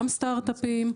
גם סטארטאפים,